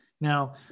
Now